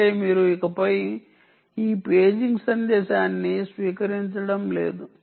అంటే మీరు ఇకపై ఈ పేజింగ్ సందేశాన్ని స్వీకరించడం లేదు